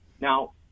Now